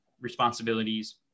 responsibilities